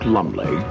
Lumley